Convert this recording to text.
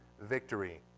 victory